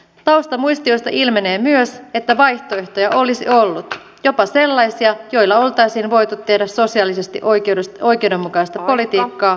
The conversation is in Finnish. taustamuistioista ilmenee myös että vaihtoehtoja olisi ollut jopa sellaisia joilla oltaisiin voitu tehdä sosiaalisesti oikeudenmukaista politiikkaa ja kaventaa tuloeroja